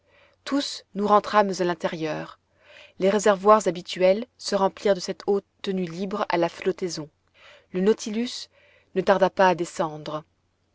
tous nous rentrâmes à l'intérieur les réservoirs habituels se remplirent de cette eau tenue libre à la flottaison le nautilus ne tarda pas à descendre